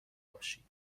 باشید